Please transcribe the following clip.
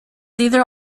either